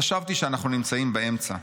חשבתי שאנחנו נמצאים באמצע.